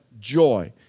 joy